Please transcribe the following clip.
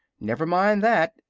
never mind that,